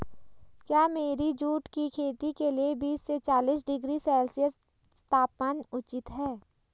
क्या मेरी जूट की खेती के लिए बीस से चालीस डिग्री सेल्सियस तापमान उचित है?